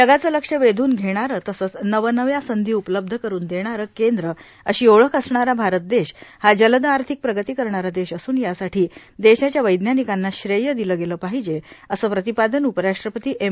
जगाचं लक्षय वेधून घेणारं केंद्र तसंच नवनव्या संधी उपलब्ध करून देणारं केंद्र अशी ओळख असणारा आरत देश हा जलद आर्थिक प्रगति करणारा देश असून यासाठी देशाच्या वैजानिकांना श्रेय दिलं गेलं पाहिजे असं प्रतिपादन उपराष्ट्रपती एम